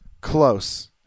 Close